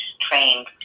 trained